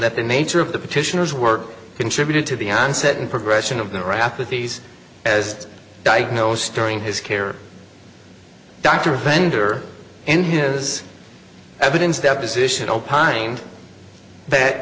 that the nature of the petitioners work contributed to the onset and progression of the rap with these as diagnosed during his care dr vendor in his evidence deposition opined that